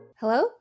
Hello